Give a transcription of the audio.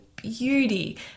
Beauty